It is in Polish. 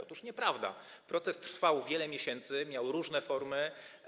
Otóż nieprawda, protest trwał wiele miesięcy, miał różne formy.